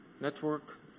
network